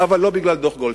אבל לא בגלל דוח גולדסטון,